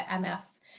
ms